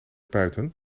buiten